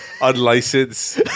unlicensed